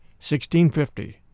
1650